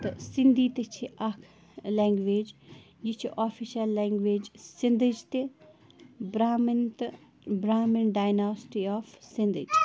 تہٕ سِندھی تہِ چھِ اَکھ لینٛگویج یہِ چھِ آفِشَل لینٛگویج سِندٕچ تہِ برٛامِن تہٕ برٛامِن ڈایناسٹی آف سِندھی